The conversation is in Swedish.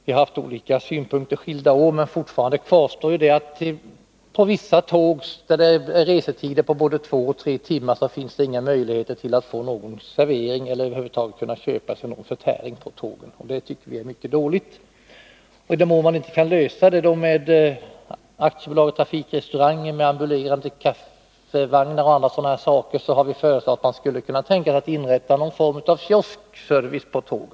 Vi har haft olika synpunkter skilda år, men fortfarande kvarstår att på vissa tåg med restider på både två och tre timmar finns ingen möjlighet att få servering eller någon förtäring. Det tycker vi är mycket dåligt. I den mån man inte kan lösa detta med AB Trafikrestauranger och få ambulerande kafévagnar eller liknande har vi föreslagit någon form av kioskservice på tåg.